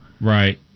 Right